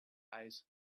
ice